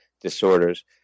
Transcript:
disorders